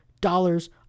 dollars